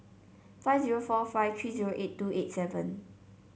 five zero four five three zero eight two eight seven